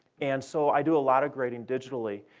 and so i do a lot of grading digitally,